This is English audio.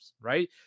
Right